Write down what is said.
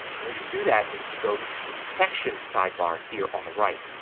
the way to do that is to go to the section sidebar here on the right.